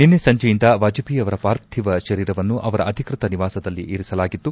ನಿನ್ನೆ ಸಂಜೆಯಿಂದ ವಾಜಪೇಯಿ ಅವರ ಪಾರ್ಥಿವ ಶರೀರವನ್ನು ಅವರ ಅಧಿಕೃತ ನಿವಾಸದಲ್ಲಿ ಇರಿಸಲಾಗಿತ್ತು